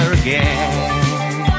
again